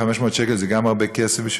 גם 500 שקל זה הרבה כסף.